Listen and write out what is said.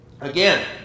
Again